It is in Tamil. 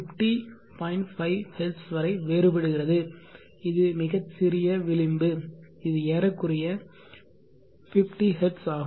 5 ஹெர்ட்ஸ் வரை வேறுபடுகிறது இது மிகச் சிறிய விளிம்பு இது ஏறக்குறைய 50 ஹெர்ட்ஸ் ஆகும்